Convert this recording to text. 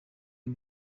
uyu